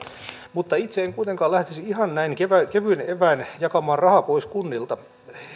mutta itse en kuitenkaan lähtisi ihan näin kevyin eväin jakamaan rahaa pois kunnilta